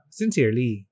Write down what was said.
sincerely